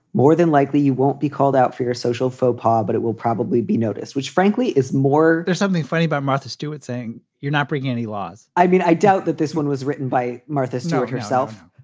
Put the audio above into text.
more than likely, you won't be called out for your social faux pas but it will probably be noticed, which frankly is more there's something funny about martha stewart saying you're not breaking any laws i mean, i doubt that this one was written by martha stewart herself.